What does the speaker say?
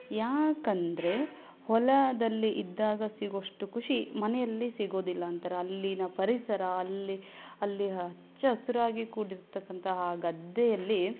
ಯಾಕಂದರೆ ಹೊಲದಲ್ಲಿ ಇದ್ದಾಗ ಸಿಗೊಷ್ಟು ಖುಷಿ ಮನೆಯಲ್ಲಿ ಸಿಗೋದಿಲ್ಲ ಅಂತಾರೆ ಅಲ್ಲಿನ ಪರಿಸರ ಅಲ್ಲಿ ಅಲ್ಲಿ ಹಚ್ಚ ಹಸಿರಾಗಿ ಕೂಡಿರತಕ್ಕಂತಹ ಗದ್ದೆಯಲ್ಲಿ